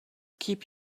keep